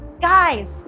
Guys